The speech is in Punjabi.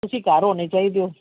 ਤੁਸੀਂ ਘਰ ਹੋਣੇ ਚਾਹੀਦੇ ਹੋ